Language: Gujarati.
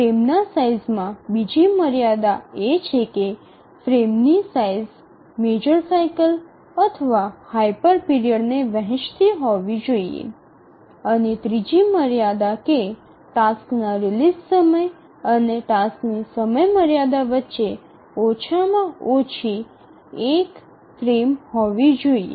ફ્રેમના સાઇઝમાં બીજી મર્યાદા એ છે કે ફ્રેમની સાઇઝ મેજર સાઇકલ અથવા હાયપર પીરિયડને વહેચવી જોઈએ અને ત્રીજી મર્યાદા કે ટાસ્કના રિલીઝ સમય અને ટાસ્કની સમયમર્યાદા વચ્ચે ઓછામાં ઓછી એક ફ્રેમ હોવી જોઈએ